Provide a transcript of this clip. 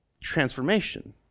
transformation